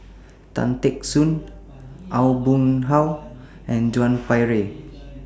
Tan Teck Soon Aw Boon Haw and Joan Pereira